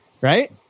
Right